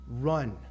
run